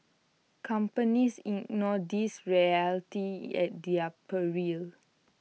companies ignore these realities at their peril